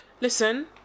listen